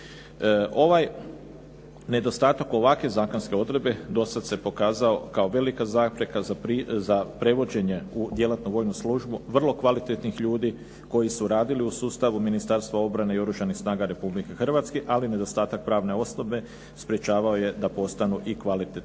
Ovaj nedostatak ovakve zakonske odredbe do sad se pokazao kao velika zapreka za prevođenje u djelatnu vojnu službu vrlo kvalitetnih ljudi koji su radili u sustavu Ministarstva obrane i Oružanih snaga Republike Hrvatske, ali i nedostatak pravne osobe sprječavao je da postanu i kvalitetne